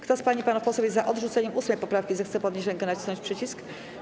Kto z pań i panów posłów jest za odrzuceniem 8. poprawki, zechce podnieść rękę i nacisnąć przycisk.